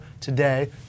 today